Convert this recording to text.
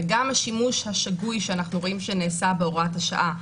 וגם השימוש השגוי שאנחנו רואים שנעשה בהוראת השעה,